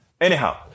Anyhow